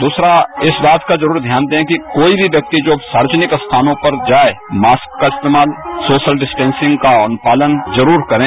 दूसरा इस बात का जरूर ध्यान दें कि कोई भी व्यक्ति जो सार्वजनिक स्थानों पर जाए मास्क का इस्तेमाल सोशल डिस्टॅसिंग का अनुपालन जरूर करें